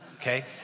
Okay